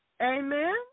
Amen